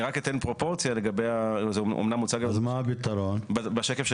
אני רק אתן פרופורציה, זה אמנם הוצג בשקף של